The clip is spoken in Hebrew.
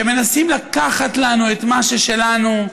שמנסים לקחת לנו את מה ששלנו,